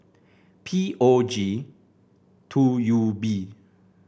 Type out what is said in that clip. P O G two U B